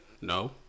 No